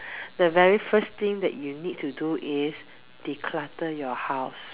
the very first thing that you need to do is declutter your house